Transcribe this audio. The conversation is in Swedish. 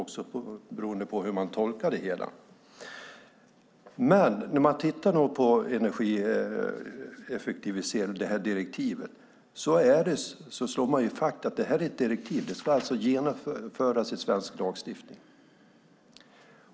Eftersom detta är ett direktiv om energieffektivisering ska det alltså genomföras i svensk lagstiftning.